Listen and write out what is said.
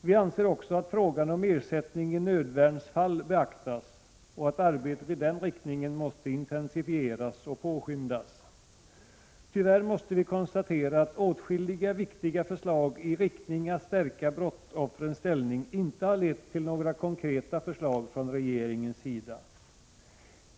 Vi anser också att frågan om ersättning i nödvärnsfall bör beaktas och att arbetet i den riktningen måste intensifieras och påskyndas. Tyvärr måste vi konstatera att åtskilliga viktiga förslag i syfte att stärka brottsoffrens ställning inte har lett till några konkreta förslag från regeringens sida.